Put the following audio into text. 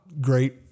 great